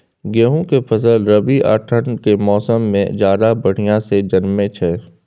गेहूं के फसल रबी आ ठंड के मौसम में ज्यादा बढ़िया से जन्में छै?